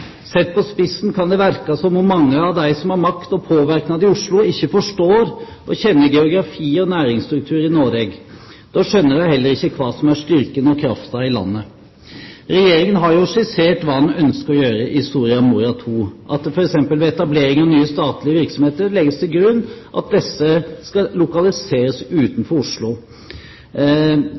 Sett på spissen kan det verke som om mange av dei som har makt og påverknad i Oslo ikkje forstår og kjenner geografi og næringsstruktur i Noreg. Då skjønar dei heller ikkje kva som er styrken og krafta i landet.» Regjeringen har jo i Soria Moria II skissert hva den ønsker å gjøre. Ved f.eks. etablering av nye statlige virksomheter skal det legges til grunn at disse skal lokaliseres utenfor Oslo,